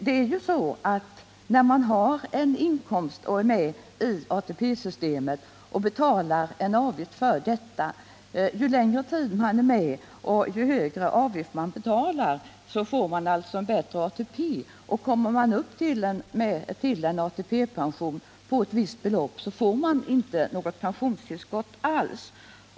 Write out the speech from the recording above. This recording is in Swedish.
Det är ju så för den som haren inkomst och är med i ATP-systemet och betalar en avgift för detta, att ju längre tid man är med och ju högre avgift man betalar, desto bättre ATP får man, och kommer man upp till en ATP-pension på ett visst belopp, får man inte något pensionstillskott alls.